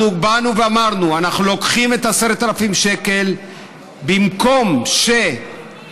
אנחנו באנו ואמרנו: אנחנו לוקחים את 10,000 השקל האלה במקום שהדייר,